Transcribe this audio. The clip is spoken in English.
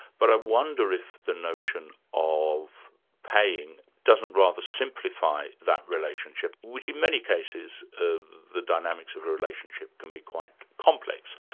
but i wonder if the notion of paying doesn't rather simplify that relationship, which in many cases, the dynamics of a relationship can be quite complex.